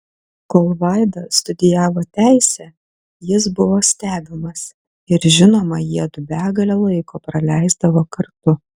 kol vaida studijavo teisę jis buvo stebimas ir žinoma jiedu begalę laiko praleisdavo kartu